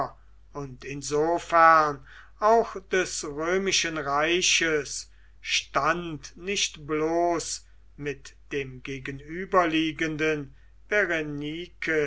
und insofern auch des römischen reiches stand nicht bloß mit dem gegenüberliegenden